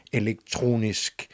elektronisk